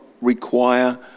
require